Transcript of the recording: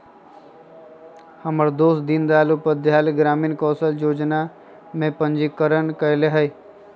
हमर दोस दीनदयाल उपाध्याय ग्रामीण कौशल जोजना में पंजीकरण करएले हइ